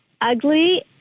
Ugly